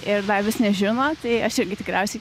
ir dar vis nežino tai aš irgi tikriausiai